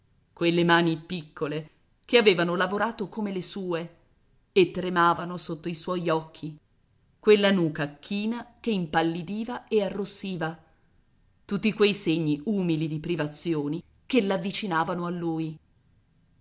quelle mani piccole che avevano lavorato come le sue e tremavano sotto i suoi occhi quella nuca china che impallidiva e arrossiva tutti quei segni umili di privazioni che l'avvicinavano a lui